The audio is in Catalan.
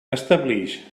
establix